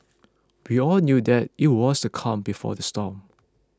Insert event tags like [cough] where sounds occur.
[noise] we all knew that it was the calm before the storm